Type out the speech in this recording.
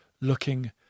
looking